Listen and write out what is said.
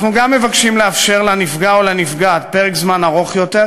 אנחנו גם מבקשים לאפשר לנפגע או לנפגעת פרק זמן ארוך יותר,